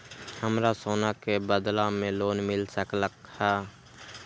हमरा सोना के बदला में लोन मिल सकलक ह?